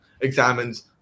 examines